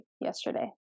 yesterday